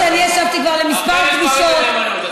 משום שאני ישבתי כבר בכמה פגישות, מאמין בנאמנות.